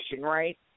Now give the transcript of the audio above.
right